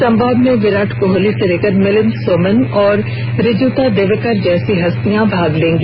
संवाद में विराट कोहली से लेकर मिलिंद सोमन और रुजुता दिवेकर जैसी हस्तियां भाग लेंगी